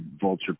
Vulture